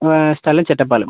സ്ഥലം ചെറ്റപ്പാലം